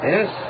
Yes